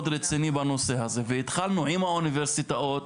התחלנו בוועדת הבריאות,